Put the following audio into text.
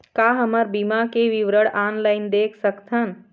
का हमर बीमा के विवरण ऑनलाइन देख सकथन?